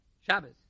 Shabbos